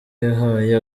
yahaye